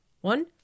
One